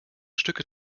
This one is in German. stücke